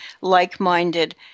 like-minded